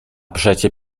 przecie